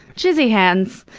jizzy hands!